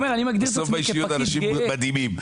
בסוף, באישיות, האנשים מדהימים.